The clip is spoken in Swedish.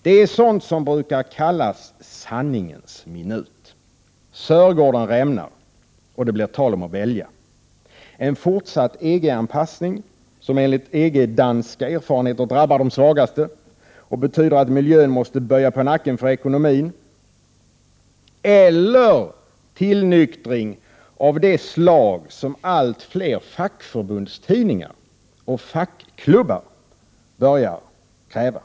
Det är sådant som brukar kallas ”sanningens minut”. Sörgården rämnar, och det blir tal om att välja: en fortsatt EG-anpassning, som enligt danska erfarenheter drabbar de svagaste och betyder att miljön måste böja på nacken för ekonomin, eller tillnyktring av det slag som allt fler fackförbundstidningar och fackklubbar börjar kräva.